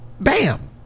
Bam